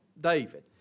David